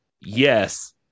yes